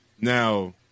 now